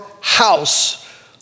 house